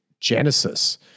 Genesis